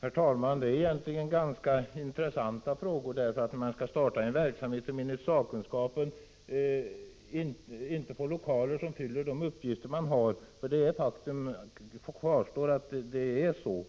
Herr talman! Det är egentligen ganska intressanta frågor. Här skall man starta en verksamhet i lokaler som enligt sakkunskapen inte räcker för de uppgifter man har. Faktum kvarstår att det är så.